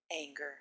anger